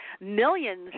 millions